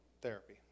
therapy